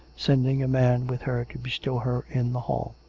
sending a man with her to bestow her in the hall.